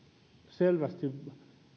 selvästi